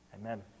Amen